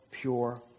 pure